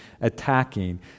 attacking